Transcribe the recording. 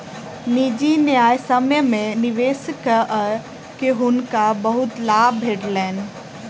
निजी न्यायसम्य में निवेश कअ के हुनका बहुत लाभ भेटलैन